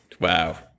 wow